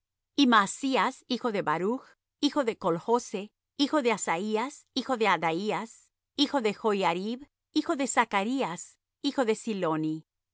y maasías hijo de baruch hijo de colhoze hijo de hazaías hijo de adaías hijo de joiarib hijo de zacarías hijo de siloni